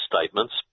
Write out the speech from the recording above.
statements